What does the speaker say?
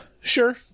Sure